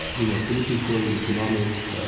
you know, political, economic,